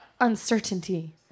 uncertainty